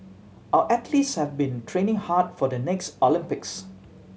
our athletes have been training hard for the next Olympics